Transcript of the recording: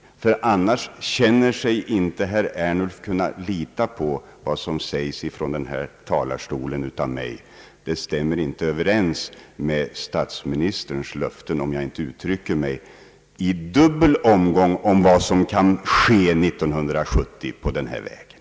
I annat fall känner inte herr Ernulf att han kan lita på vad jag säger i denna talarstol. Det stämmer enligt herr Ernulf inte överens med statsministerns löften om jag inte uttrycker mig i dubbel omgång om vad som skall ske 1970 med den här vägen.